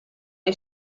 nei